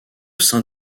saint